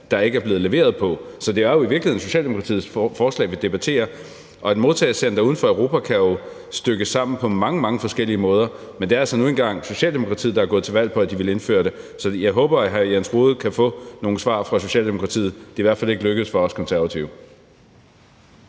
der ikke er blevet leveret på. Så det er jo i virkeligheden Socialdemokratiets forslag , vi debatterer. Og et modtagecenter uden for Europa kan jo stykkes sammen på mange, mange forskellige måder, men det er altså nu engang Socialdemokratiet, der er gået til valg på, at de vil indføre det. Så jeg håber, at hr. Jens Rohde kan få nogle svar fra Socialdemokratiet – det er i hvert fald ikke lykkedes for os Konservative.